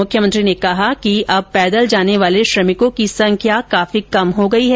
मुख्यमंत्री ने कहा कि अब पैदल जाने वाले श्रमिकों की संख्या काफी कम हो गई है